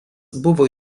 buvo